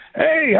Hey